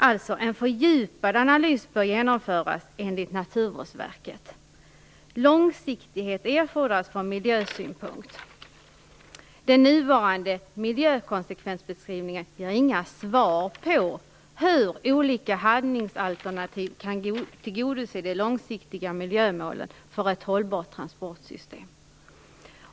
Alltså bör en fördjupad analys genomföras enligt Naturvårdsverket. Långsiktighet erfordas från miljösynpunkt. Den nuvarande miljökonsekvensbeskrivningen ger inga svar på hur olika handlingsalternativ kan tillgodose de långsiktiga miljömålen för ett hållbart transportsystem.